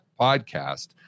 podcast